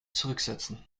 zurücksetzen